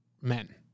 men